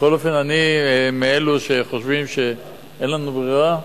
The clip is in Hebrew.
בכל אופן, אני מאלה שחושבים שאין לנו ברירה.